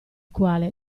quale